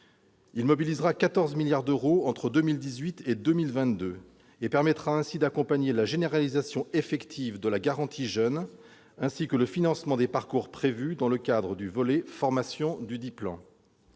mobilisera 14 milliards d'euros entre 2018 et 2022 afin d'accompagner la généralisation effective de la garantie jeunes ainsi que le financement des parcours prévus dans le cadre de son volet formation. Le